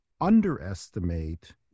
underestimate